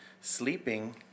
sleeping